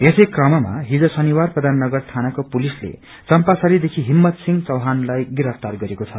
यसै कममा शनिबारको दिन प्रषाननगर थानाको पुलिसले चम्पासरीदेखि हिम्मत सिंह चौहानलाई गिरफ्तार गरेको छ